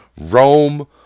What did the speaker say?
Rome